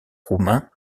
roumain